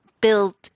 build